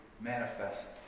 manifest